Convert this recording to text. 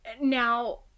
Now